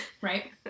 Right